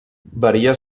varia